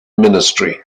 ministry